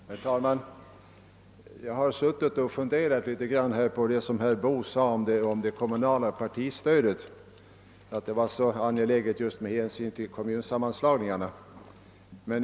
Herr talman! Jag har suttit och funderat litet på vad herr Boo sade om att det kommunala partistödet var så angeläget med hänsyn till kommunsammanslagningarna.